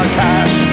cash